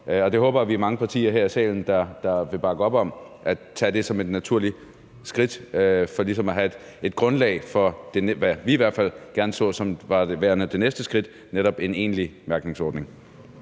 det håber jeg vi er mange partier her i salen der vil bakke op om: at tage det som et naturlig skridt, for ligesom at have et grundlag for, hvad vi i hvert fald gerne så som værende det næste skridt, netop en egentlig mærkningsordning.